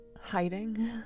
Hiding